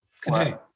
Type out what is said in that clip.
Continue